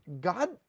God